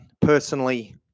personally